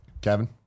Kevin